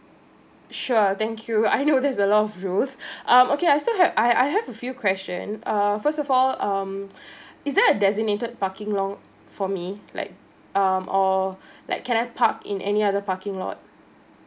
sure thank you I know there's a lot of rules um okay I still have I I have a few question uh first of all um is there a designated parking lot for me like um or like can I park in any other parking lot